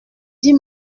dit